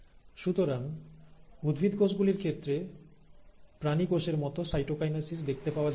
সুতরাং উদ্ভিদ কোষগুলির ক্ষেত্রে প্রাণী কোষের মত সাইটোকাইনেসিস দেখতে পাওয়া যায় না